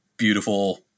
beautiful